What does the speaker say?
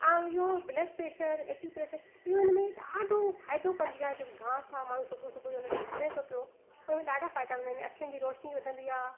ऐं इहो blood pressure acupressure इहो हिन में ॾाढो फ़ाइदो कंदी आहे जेको घास आहे माण्हू सुबु सुबुह जो हुन ते घुमे थो पियो ऐं हुन में ॾाढा फ़ाइदा हूंदा आहिनि अखियुनि जी रोशिनी वधंदी आहे